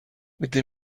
gdy